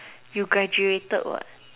you graduated what